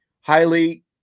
highly